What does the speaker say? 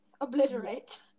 Obliterate